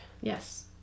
Yes